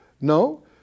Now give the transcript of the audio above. No